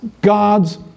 God's